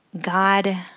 God